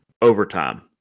overtime